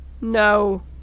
No